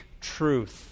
truth